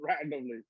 randomly